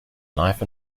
knife